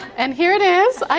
and here it is i